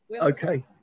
okay